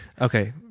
Okay